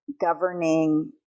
governing